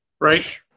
Right